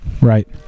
Right